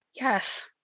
Yes